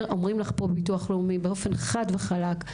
אומרים לך ביטוח לאומי באופן חד וחלק,